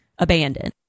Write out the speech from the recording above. abandoned